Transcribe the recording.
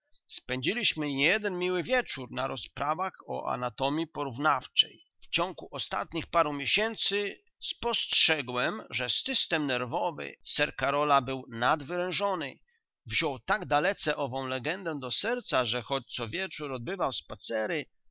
spędziliśmy niejeden miły wieczór na rozprawach o anatomii porównawczej w ciągu ostatnich paru miesięcy spostrzegłem że system nerwowy sir karola był nadwerężony wziął tak dalece ową legendę do serca że choć co wieczór odbywał spacery